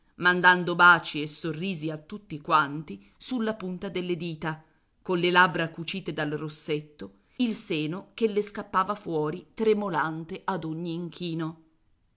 mandando baci e sorrisi a tutti quanti sulla punta delle dita colle labbra cucite dal rossetto il seno che le scappava fuori tremolante ad ogni inchino